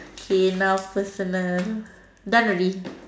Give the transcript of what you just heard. okay now personal done already